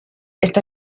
esta